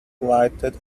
lighted